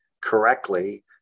correctly